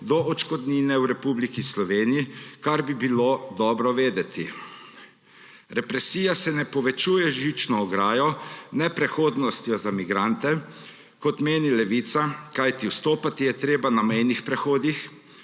do odškodnine v Republiki Sloveniji, kar bi bilo dobro vedeti. Represija se ne povečuje z žično ograjo, neprehodnostjo za migrante, kot meni Levica, kajti vstopati je treba na mejnih prehodih,